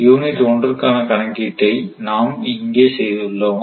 unit ஒன்றுக்கான கணக்கீட்டை நாம் இங்கே செய்துள்ளோம்